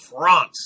France